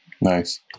Nice